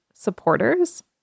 Supporters